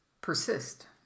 persist